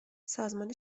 سازمان